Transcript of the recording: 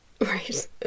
Right